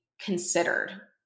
considered